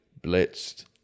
blitzed